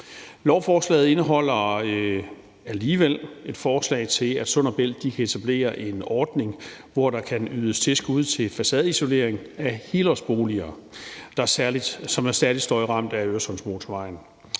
Lovforslaget indeholder alligevel et forslag om, at Sund & Bælt kan etablere en ordning, hvor der kan ydes tilskud til facadeisolering af helårsboliger, som er særlig støjramte af Øresundsmotorvejen.